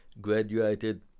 graduated